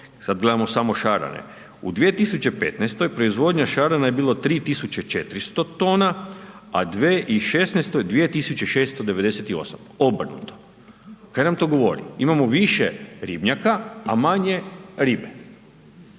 sad gledamo samo šarane. U 2015. proizvodnja šarana je bila 3.400 tona, a 2016. 2.698, obrnuto. Kaj nam to govori? Imamo više ribnjaka, a manje ribe.